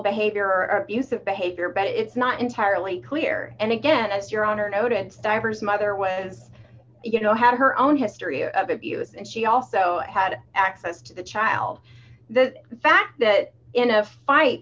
behavior or abusive behavior but it's not entirely clear and again as your honor noted stivers mother was you know had her own history of abuse and she also had access to the child the fact that in a fight